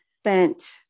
spent